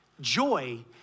joy